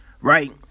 right